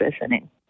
listening